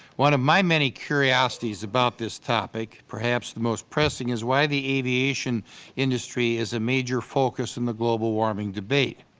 one of my many curiosities about this topic, perhaps the most pressing is why the aviation industry is a major focus in the global warming debate.